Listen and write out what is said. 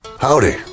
Howdy